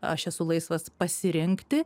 aš esu laisvas pasirinkti